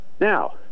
Now